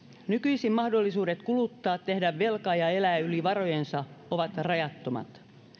nykyisin mahdollisuudet kuluttaa tehdä velkaa ja elää yli varojensa ovat rajattomat